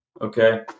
Okay